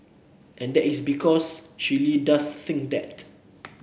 and that is because she really does think that